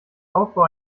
aufbau